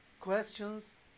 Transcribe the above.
questions